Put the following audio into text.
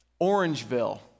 Orangeville